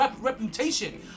reputation